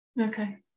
okay